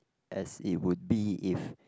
as it would be if